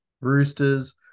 Roosters